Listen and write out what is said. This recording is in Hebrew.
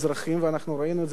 ואנחנו ראינו את זה בקיץ,